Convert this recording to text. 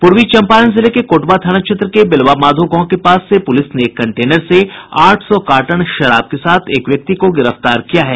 पूर्वी चंपारण जिले के कोटवा थाना क्षेत्र के बेलवामाधो गांव के पास पूलिस ने एक कंटेनर से आठ सौ कार्टन विदेशी शराब के साथ एक व्यक्ति को गिरफ्तार किया है